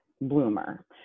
bloomer